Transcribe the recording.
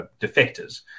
defectors